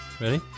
ready